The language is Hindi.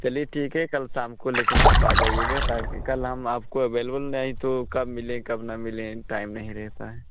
चलिए ठीक है कल शाम को लेकिन आप आ जाइएगा ताकि कल हम आपको अवेलेवल नहीं तो कब मिले कब न मिलें टाइम नहीं रहता है